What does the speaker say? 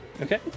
Okay